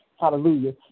Hallelujah